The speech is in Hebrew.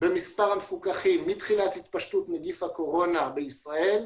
במספר המפוקחים מתחילת התפשטות נגיף הקורונה בישראל,